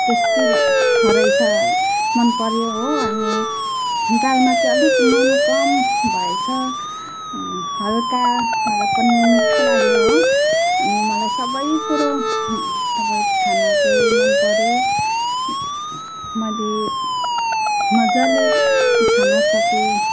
tasty रहेछ मन पऱ्यो हो अनि दालमा चाहिँ अलिक नुन कम भएछ हल्का र पनि मिठो लाग्यो हो अनि मलाई सबै कुरो अब खाना चाहिँ मन पऱ्यो मैले मजाले खाना सकेँ